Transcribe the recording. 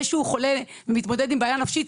למרות העובדה שאדם חולה ומתמודד עם בעיה נפשית,